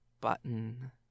button